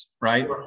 right